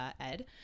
Ed